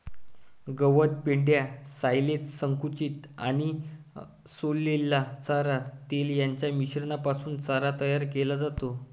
गवत, पेंढा, सायलेज, संकुचित आणि सोललेला चारा, तेल यांच्या मिश्रणापासून चारा तयार केला जातो